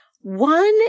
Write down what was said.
One